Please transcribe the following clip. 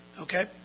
Okay